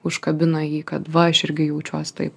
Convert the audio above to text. užkabina jį kad va aš irgi jaučiuos taip